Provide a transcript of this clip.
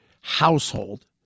household